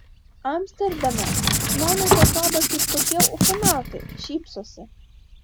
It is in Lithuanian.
amsterdame žmonės atrodo kaip kokie ufonautai šypsosi